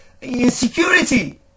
insecurity